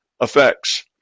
effects